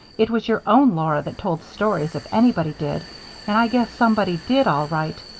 it was your own laura that told stories if anybody did and i guess somebody did, all right.